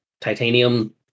titanium